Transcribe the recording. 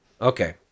Okay